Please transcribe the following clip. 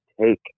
take